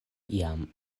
iam